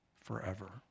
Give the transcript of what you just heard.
forever